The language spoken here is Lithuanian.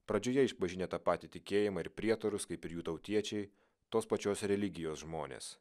pradžioje išpažinę tą patį tikėjimą ir prietarus kaip ir jų tautiečiai tos pačios religijos žmonės